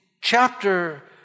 chapter